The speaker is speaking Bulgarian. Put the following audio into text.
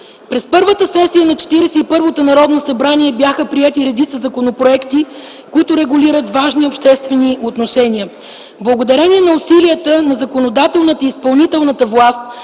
През първата сесия на 41-то Народно събрание бяха приети редица законопроекти, които регулират важни обществени отношения. Благодарение на усилията на законодателната и изпълнителната власт